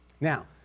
Now